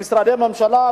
ואומרים למשרדי ממשלה,